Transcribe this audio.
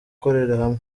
hamwe